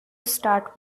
start